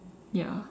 ya